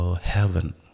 heaven